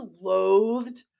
loathed